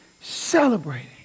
celebrating